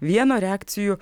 vieno reakcijų